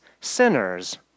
sinners